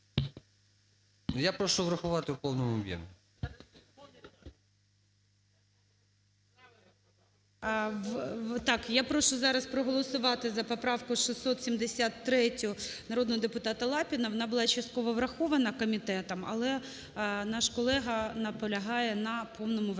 Я прошу врахувати в повному об'ємі. ГОЛОВУЮЧИЙ. Так, я прошу зараз проголосувати за поправку 673 народного депутата Лапіна, вона була частково врахована комітетом, але наш колега наполягає на повному врахуванні.